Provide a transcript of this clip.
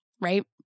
right